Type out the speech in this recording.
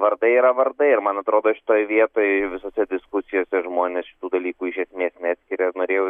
vardai yra vardai ir man atrodo šitoj vietoj visose diskusijose žmonės šitų dalykų iš esmės neskiria ir norėjau